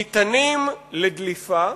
ניתנים לדליפה,